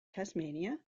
tasmania